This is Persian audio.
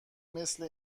مثل